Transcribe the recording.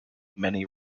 many